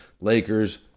Lakers